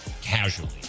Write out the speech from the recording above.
casually